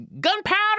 gunpowder